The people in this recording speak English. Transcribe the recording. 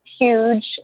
huge